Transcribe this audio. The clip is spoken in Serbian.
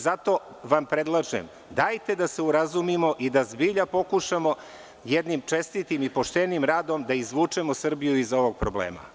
Zato vam predlažem, dajte da se urazumimo i da zbilja pokušamo jednim čestitim i poštenim radom da izvučemo Srbiju iz ovog problema.